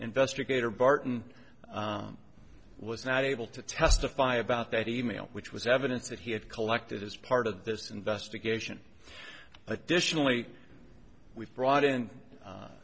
investigator barton was not able to testify about that e mail which was evidence that he had collected as part of this investigation additionally we've brought in